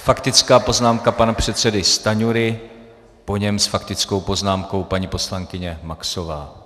Faktická poznámka pana předsedy Stanjury, po něm s faktickou poznámkou paní poslankyně Maxová.